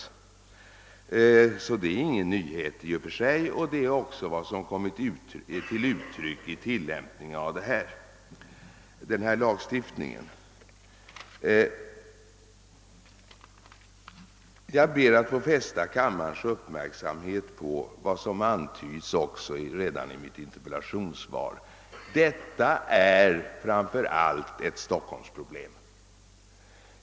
Detta är alltså ingen nyhet i och för sig, och det är också vad som kommit till uttryck i tillämpningen av denna lagstiftning. Jag ber att få fästa kammarens uppmärksamhet på vad som antytts redan i mitt interpellationssvar, nämligen att vad vi diskuterar framför allt är ett Stockholmsproblem.